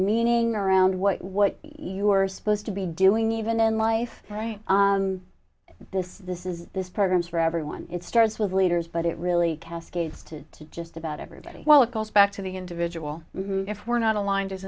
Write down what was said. meaning around what what you are supposed to be doing even in life right this this is this programs for everyone it starts with leaders but it really cascades to to just about everybody well it goes back to the individual if we're not aligned as